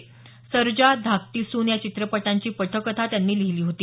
सर्जा धाकटी सून या चित्रपटांची पटकथा त्यांनी लिहिली होती